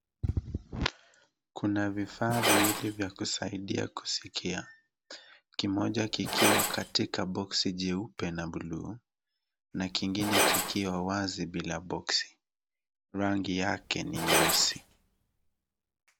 Kuna vifaa viwili vya kusaidia kusikia kimoja kikiwa katika boksi jeupe na buluu, na kingine kikiwa wazi bila boksi. Rangi yake ni nyeusi.